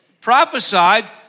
prophesied